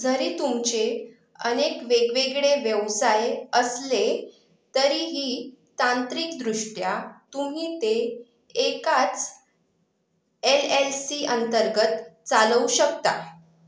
जरी तुमचे अनेक वेगवेगळे व्यवसाय असले तरीही तांत्रिकदृष्ट्या तुम्ही ते एकाच एल एल सी अंतर्गत चालवू शकता